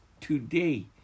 today